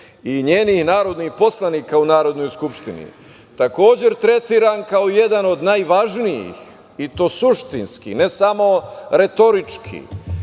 i njenih narodnih poslanika u Narodnoj Skupštini, takođe tretiran kao jedan od najvažnijih i to suštinski, ne samo retorički. Dakle,